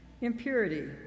impurity